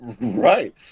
right